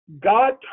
God